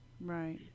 right